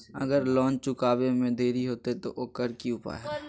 अगर लोन चुकावे में देरी होते तो ओकर की उपाय है?